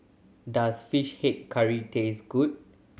does Fish Head Curry taste good